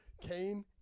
Kane